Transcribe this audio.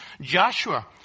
Joshua